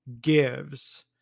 Gives